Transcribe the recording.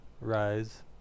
Rise